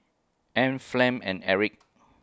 Ann Flem and Erik